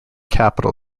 capital